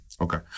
okay